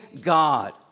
God